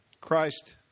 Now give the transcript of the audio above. Christ